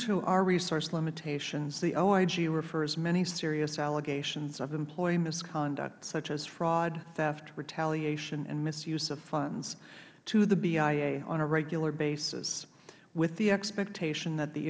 to our resource limitations the oig refers many serious allegations of employee misconduct such as fraud theft retaliation and misuse of funds to the bia on a regular basis with the expectation that the